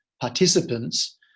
participants